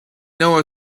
know